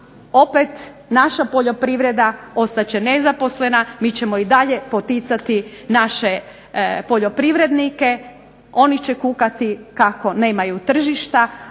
opet naša poljoprivreda ostat će nezaposlena, mi ćemo i dalje poticati naše poljoprivrednike, oni će kukati kako nemaju tržišta